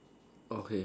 okay